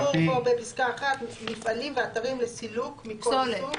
יש פה משהו לא ברור בפסקה (1): מפעלים ואתרים לסילוק מכל סוג.